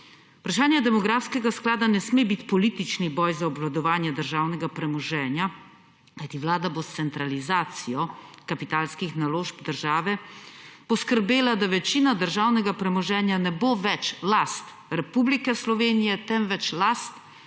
Vprašanje demografskega sklada ne sme biti politični boj za obvladovanje državnega premoženja, kajti Vlada bo s centralizacijo kapitalskih naložb države poskrbela, da večina državnega premoženja ne bo več last Republike Slovenije, temveč last